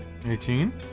18